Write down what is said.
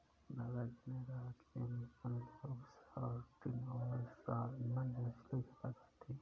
दादा जी ने कहा कि अमेरिकन लोग सार्डिन और सालमन मछली ज्यादा खाते हैं